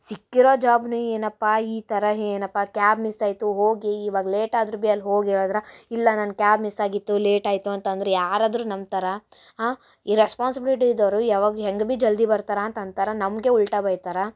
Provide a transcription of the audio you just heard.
ಸಿಕ್ಕಿರೋ ಜಾಬ್ನು ಏನಪ್ಪ ಈ ಥರ ಏನಪ್ಪಾ ಕ್ಯಾಬ್ ಮಿಸ್ ಆಯಿತು ಹೋಗಿ ಇವಾಗ ಲೇಟ್ ಆದ್ರು ಬಿ ಅಲ್ಲಿ ಹೋಗಿ ಹೇಳದ್ರ ಇಲ್ಲ ನಾನು ಕ್ಯಾಬ್ ಮಿಸ್ ಆಗಿತ್ತು ಲೇಟ್ ಆಯಿತು ಅಂತ ಅಂದ್ರೆ ಯಾರಾದರು ನಂಬ್ತಾರ ಈ ರೆಸ್ಪಾನ್ಸಿಬ್ಲಿಟಿ ಇದ್ದವರು ಯಾವಾಗ ಹೆಂಗೆ ಬಿ ಜಲ್ದಿ ಬರ್ತಾರ ಅಂತ ಅಂತಾರ ನಮಗೆ ಉಲ್ಟಾ ಬೈತಾರೆ